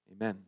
Amen